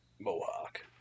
Mohawk